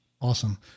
Awesome